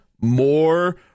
more